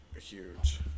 huge